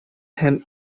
һәм